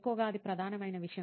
ఎక్కువగా అది ప్రధానమైన విషయం